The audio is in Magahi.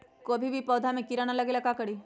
कभी भी पौधा में कीरा न लगे ये ला का करी?